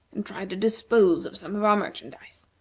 and try to dispose of some of our merchandise.